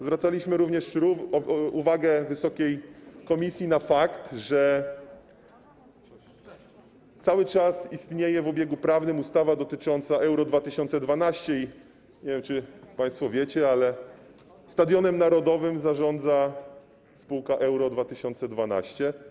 Zwracaliśmy również uwagę Wysokiej Komisji na fakt, że cały czas istnieje w obiegu prawnym ustawa dotycząca Euro 2012 i nie wiem, czy państwo wiecie, ale Stadionem Narodowym zarządza spółka Euro 2012.